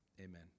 Amen